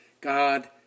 God